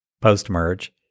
post-merge